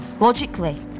Logically